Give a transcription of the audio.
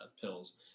pills